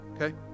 okay